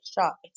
shop